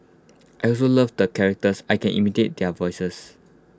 I also love the characters I can imitate their voices